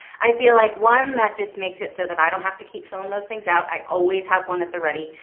i feel like one, one, that just makes it so that i don't have to keep filling those things out. i always have one at the ready.